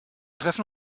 treffen